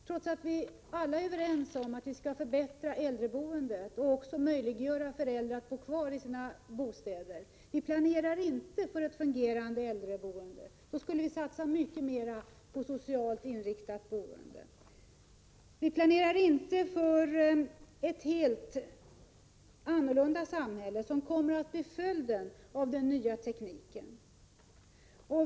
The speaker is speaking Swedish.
Trots att alla är överens om att vi skall förbättra äldreboendet och möjliggöra för äldre att bo kvar i sina bostäder planerar vi inte för ett fungerande äldreboende. Då skulle vi satsa mycket mer på socialt inriktat boende. Vi planerar inte för det helt annorlunda samhälle som kommer att bli följden av den nya tekniken.